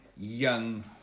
young